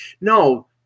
No